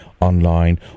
online